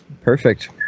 Perfect